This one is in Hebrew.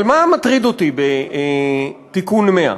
אבל מה מטריד אותי בתיקון 100?